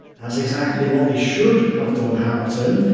that's exactly what they should have done hamilton.